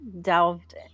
delved